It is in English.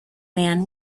man